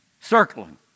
circling